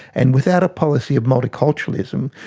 and without a policy of multiculturalism,